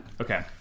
Okay